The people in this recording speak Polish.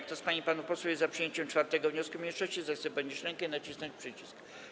Kto z pań i panów posłów jest za przyjęciem 4. wniosku mniejszości, zechce podnieść rękę i nacisnąć przycisk.